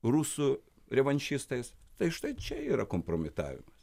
rusų revanšistais tai štai čia yra kompromitavimas